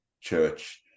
church